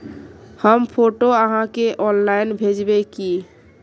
हम फोटो आहाँ के ऑनलाइन भेजबे की?